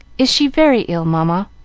is she very ill, mamma?